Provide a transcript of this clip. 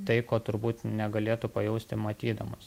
tai ko turbūt negalėtų pajausti matydamas